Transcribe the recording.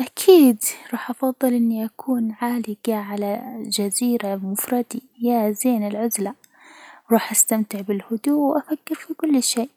أكيد راح أفضل إني أكون عالجة على الجزيرة بمفردي، يا زين العزلة، راح أستمتع بالهدوء وأفكر في كل شيء،